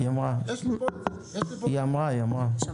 גם